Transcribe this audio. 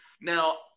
Now